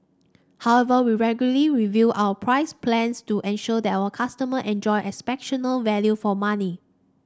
however we regularly review our price plans to ensure that our customer enjoy exceptional value for money